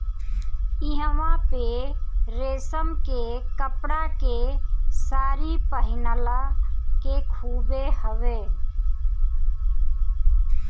इहवां पे रेशम के कपड़ा के सारी पहिनला के खूबे हवे